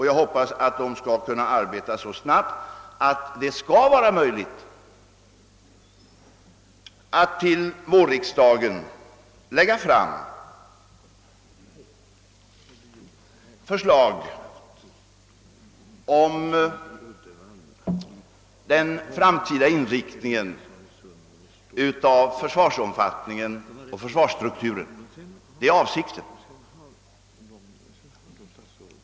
Jag hoppas de skall kunna arbeta så snabbt alt det kan bli möjligt att under vårriksdagen lägga fram förslag om den framtida inriktningen av försvarsomfattningen och försvarsstrukturen — det är i varje fall avsikten.